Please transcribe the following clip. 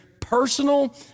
personal